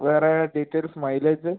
വേറെ features mileage